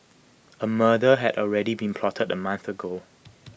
A murder had already been plotted A month ago